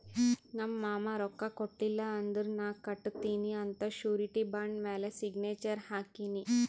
ನಮ್ ಮಾಮಾ ರೊಕ್ಕಾ ಕೊಟ್ಟಿಲ್ಲ ಅಂದುರ್ ನಾ ಕಟ್ಟತ್ತಿನಿ ಅಂತ್ ಶುರಿಟಿ ಬಾಂಡ್ ಮ್ಯಾಲ ಸಿಗ್ನೇಚರ್ ಹಾಕಿನಿ